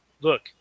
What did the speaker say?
Look